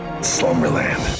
Slumberland